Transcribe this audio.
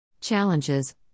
Challenges